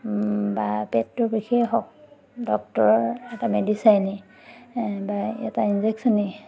বা পেটটোৰ বিষেই হওক ডক্টৰৰ এটা মেডিচাইনে বা এটা ইনজেকশ্যনেই